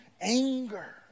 anger